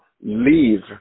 leave